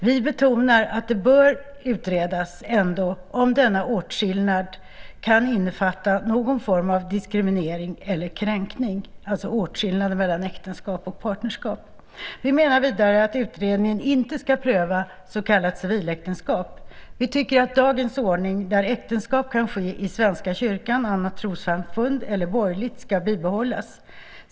Vi betonar att det ändå bör utredas om denna åtskillnad mellan äktenskap och partnerskap kan innefatta någon form av diskriminering eller kränkning. Vi menar vidare att utredningen inte ska pröva så kallat civiläktenskap. Vi tycker att dagens ordning där äktenskap kan ske i Svenska kyrkan, annat trossamfund eller borgerligt ska bibehållas.